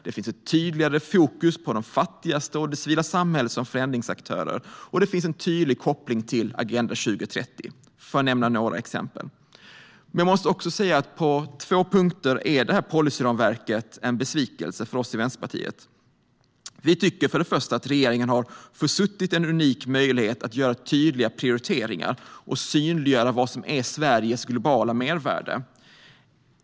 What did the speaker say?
Det finns ett tydligare fokus på de fattigaste och det civila samhället som förändringsaktörer. Det finns också en tydlig koppling till Agenda 2030, för att nämna några exempel. Men jag måste också säga att det här policyramverket på två punkter är en besvikelse för oss i Vänsterpartiet. Vi tycker för det första att regeringen har försuttit en unik möjlighet att göra tydliga prioriteringar och synliggöra vad som är Sveriges globala mervärde.